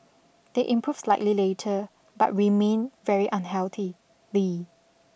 they improved slightly later but remained very unhealthy